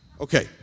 Okay